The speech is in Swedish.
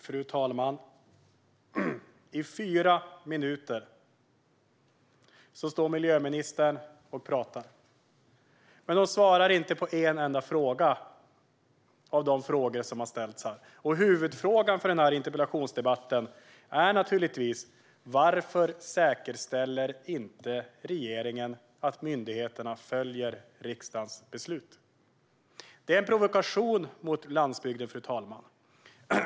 Fru talman! I fyra minuter står miljöministern och pratar, men hon svarar inte på en enda av de frågor som har ställts här. Huvudfrågan för denna interpellationsdebatt är naturligtvis: Varför säkerställer inte regeringen att myndigheterna följer riksdagens beslut? Det är en provokation mot landsbygden, fru talman.